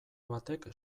batek